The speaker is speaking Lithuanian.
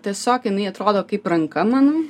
tiesiog jinai atrodo kaip ranka mano